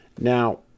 Now